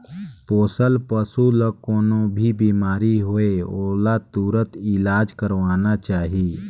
पोसल पसु ल कोनों भी बेमारी होये ओला तुरत इलाज करवाना चाही